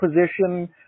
position